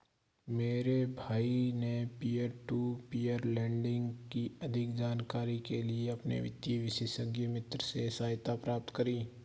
मेरे भाई ने पियर टू पियर लेंडिंग की अधिक जानकारी के लिए अपने वित्तीय विशेषज्ञ मित्र से सहायता प्राप्त करी